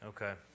Okay